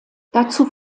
dazu